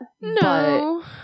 no